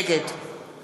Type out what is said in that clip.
נגד